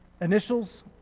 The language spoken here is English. initials